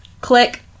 Click